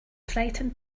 frightened